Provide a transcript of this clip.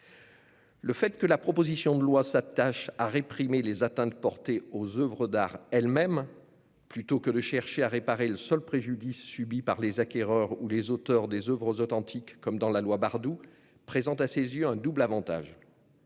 Le fait que la proposition de loi prévoie de réprimer les atteintes portées aux oeuvres d'art elles-mêmes plutôt que de chercher à réparer le seul préjudice subi par les acquéreurs ou les auteurs des oeuvres authentiques, comme dans la loi Bardoux, présente à ses yeux un double avantage.